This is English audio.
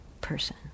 person